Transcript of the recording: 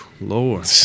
Lord